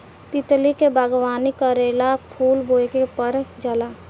तितली के बागवानी करेला फूल बोए के पर जाला